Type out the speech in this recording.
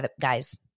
guys